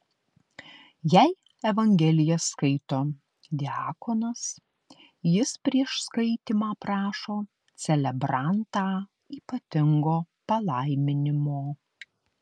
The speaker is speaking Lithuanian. jei evangeliją skaito diakonas jis prieš skaitymą prašo celebrantą ypatingo palaiminimo